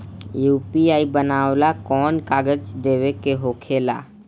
UPI बनावेला कौनो कागजात देवे के होखेला का?